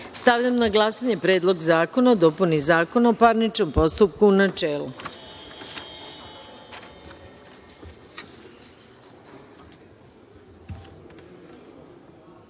stavljam na glasanje Predlog zakona o dopuni Zakona o parničnom postupku, u